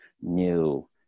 new